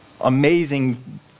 amazing